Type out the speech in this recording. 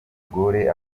gaulle